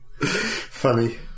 Funny